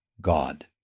God